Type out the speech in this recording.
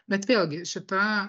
bet vėlgi šita